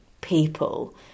people